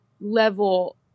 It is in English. level